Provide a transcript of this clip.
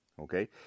okay